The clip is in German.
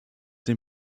dem